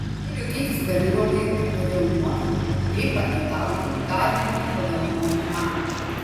kriukiai sugadino vaizdą todėl nuotrauka jei pageidauju gali būti padovanota man